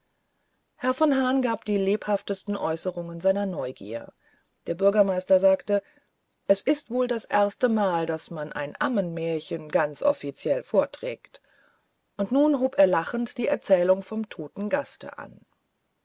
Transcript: herr von hahn gab die lebhaftesten äußerungen seiner neugier der bürgermeister sagte es ist wohl das erstemal daß man ein ammenmärchen ganz offiziell vorträgt und nun hob er lachend die erzählung vom toten gaste an